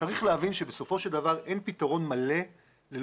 צריך להבין שבסופו של דבר אין פתרון מלא ללא